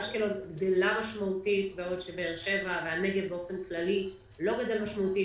אשקלון גדלה משמעותית בעוד באר-שבע והנגב באופן כללי לא גדל משמעותית.